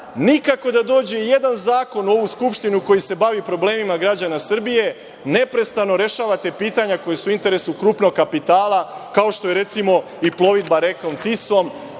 Nikako da dođe jedan zakon u ovu Skupštinu koji se bavi problemima građana Srbije, neprestano rešavate pitanja koja su u interesu krupnog kapitala, kao što je recimo i plovidba rekom Tisom,